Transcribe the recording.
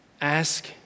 ask